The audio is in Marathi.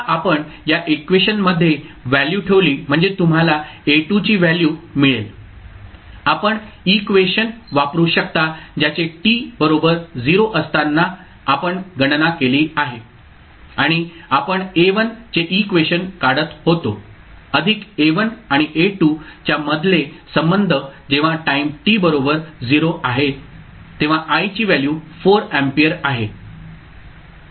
आता आपण या इक्वेशनमध्ये व्हॅल्यू ठेवली म्हणजे तुम्हाला A2 ची व्हॅल्यू मिळेल आपण इक्वेशन वापरू शकता ज्याचे t बरोबर 0 असताना आपण गणना केली आहे आणि आपण A1 चे इक्वेशन काढत होतो अधिक A1 आणि A2 च्यामधले संबंध जेव्हा टाईम t बरोबर 0 आहे तेव्हा i ची व्हॅल्यू 4 अँपेअर आहे